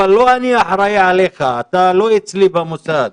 אבל לא אני אחראי עליך, אתה לא אצלי במוסד.